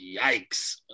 yikes